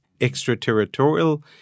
extraterritorial